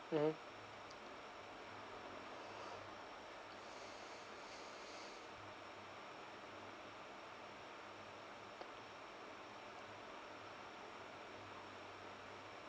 mmhmm